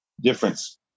difference